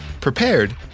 prepared